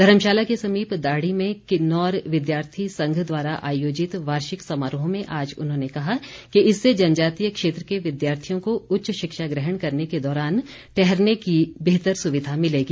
धर्मशाला के समीप दाड़ी में किन्नौर विद्यार्थी संघ द्वारा आयोजित वार्षिक समारोह में आज उन्होंने कहा कि इससे जनजातीय क्षेत्र के विद्यार्थियों को उच्च शिक्षा ग्रहण करने के दौरान ठहरने की बेहतर सुविधा मिलेगी